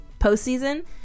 postseason